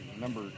number